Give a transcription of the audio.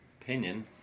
opinion